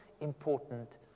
important